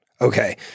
Okay